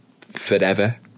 forever